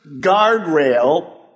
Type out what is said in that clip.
guardrail